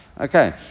Okay